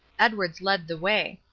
edwards led the way.